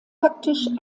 faktisch